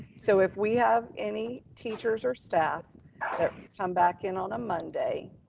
so if we have any teachers or staff that come back in on a monday,